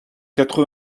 quatre